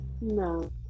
No